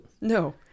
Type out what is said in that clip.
No